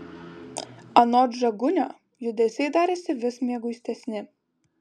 anot žagunio judesiai darėsi vis mieguistesni